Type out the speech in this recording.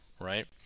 right